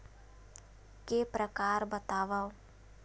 के प्रकार बतावव?